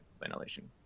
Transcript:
ventilation